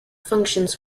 functions